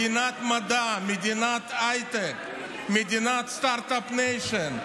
מדינת מדע, מדינת הייטק, מדינת סטרטאפ ניישן.